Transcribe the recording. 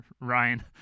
Ryan